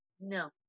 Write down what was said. No